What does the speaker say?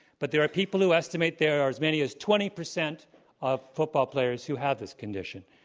but there are people who estimate there are as many as twenty percent of football players who have this condition.